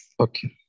Okay